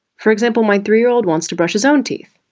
for example my three year old wants to brush his own teeth.